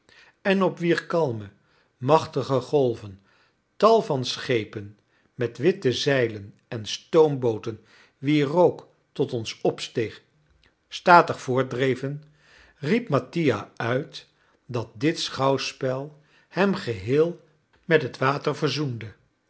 en op wier kalme machtige golven tal van schepen met witte zeilen en stoombooten wier rook tot ons opsteeg statig voortdreven riep mattia uit dat dit schouwspel hem geheel met het water verzoende